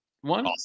one